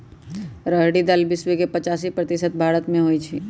रहरी दाल विश्व के पचासी प्रतिशत भारतमें होइ छइ